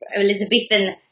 Elizabethan